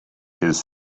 his